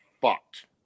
fucked